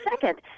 second